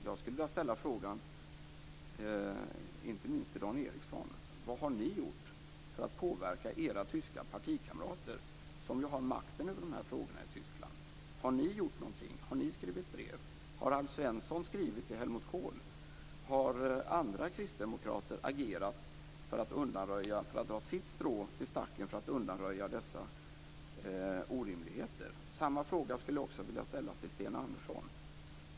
Jag skulle vilja ställa frågan, inte minst till Dan Ericsson: Vad har ni gjort för att påverka era tyska partikamrater, som ju har makten över de här frågorna i Tyskland? Har ni gjort någonting? Har ni skrivit brev? Har Alf Svensson skrivit till Helmut Kohl? Har andra kristdemokrater agerat och dragit sitt strå till stacken för att undanröja dessa orimligheter? Samma fråga skulle jag vilja ställa till Sten Andersson.